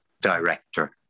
director